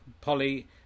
Polly